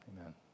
Amen